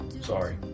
sorry